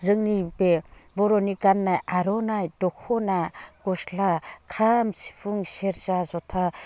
जोंनि बे बर'नि गाननाय आर'नाइ दख'ना गस्ला खाम सिफुं सेरजा जथा